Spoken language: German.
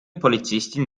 polizistin